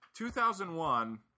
2001